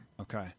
Okay